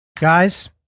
Guys